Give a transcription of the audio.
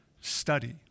study